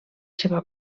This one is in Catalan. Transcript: seva